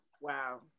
wow